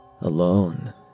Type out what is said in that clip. alone